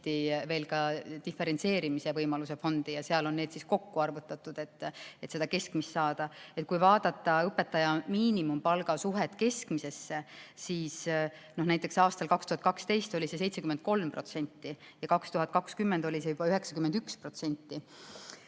veel ka diferentseerimise võimaluste fondist ja seal on need kokku arvutatud, et seda keskmist saada. Kui vaadata õpetaja miinimumpalga suhet keskmisesse palka, siis näiteks aastal 2012 oli see 73% ja 2020 juba 91%.